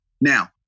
Now